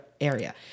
area